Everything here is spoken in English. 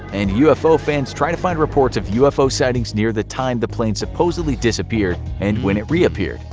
and ufo fans try to find reports of ufo sightings near the time the plane supposedly disappeared and when it reappeared.